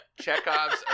Chekhov's